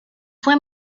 fue